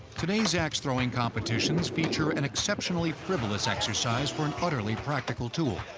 today's axe-throwing competitions feature an exceptionally frivolous exercise for an utterly practical tool.